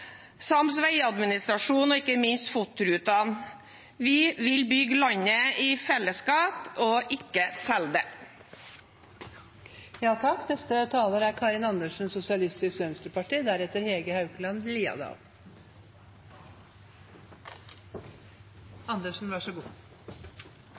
sams vegadministrasjon og ikke minst FOT-rutene. Vi vil bygge landet i fellesskap og ikke